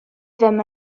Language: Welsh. ddim